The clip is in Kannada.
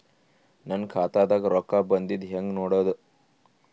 ನನ್ನ ಖಾತಾದಾಗ ರೊಕ್ಕ ಬಂದಿದ್ದ ಹೆಂಗ್ ನೋಡದು?